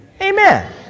Amen